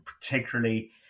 particularly